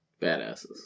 Badasses